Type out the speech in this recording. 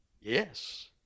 Yes